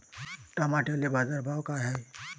टमाट्याले बाजारभाव काय हाय?